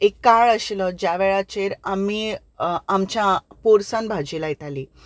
एक काळ आशिल्ल्यो ज्या वेळाचेर आमी आमच्या पोरसांत भाजी लायतालीं